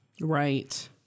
Right